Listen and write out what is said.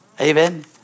Amen